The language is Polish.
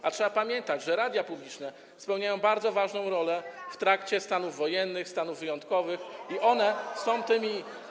A trzeba pamiętać, że radia publiczne spełniają bardzo ważną rolę w trakcie stanów wojennych, stanów wyjątkowych i one są tymi.